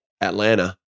atlanta